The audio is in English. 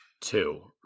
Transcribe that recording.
Two